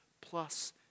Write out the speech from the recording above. plus